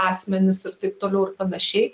asmenis ir taip toliau ir panašiai